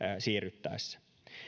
siirryttäessä